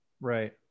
Right